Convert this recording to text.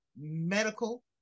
medical